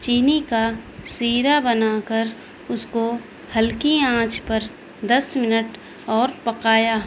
چینی کا سیرا بنا کر اس کو ہلکی آنچ پر دس منٹ اور پکایا